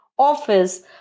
Office